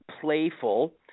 playful –